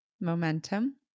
Momentum